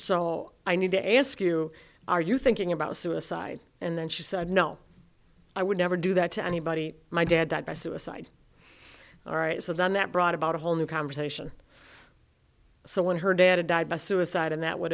so i need to ask you are you thinking about suicide and then she said no i would never do that to anybody my dad died by suicide all right so then that brought about a whole new conversation so when her dad died by suicide and that would